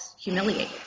humiliated